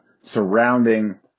surrounding